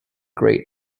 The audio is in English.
great